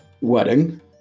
wedding